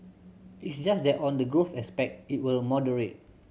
it's just that on the growth aspect it will moderate